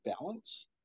balance